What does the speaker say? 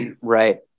right